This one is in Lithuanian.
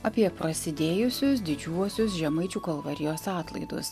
apie prasidėjusius didžiuosius žemaičių kalvarijos atlaidus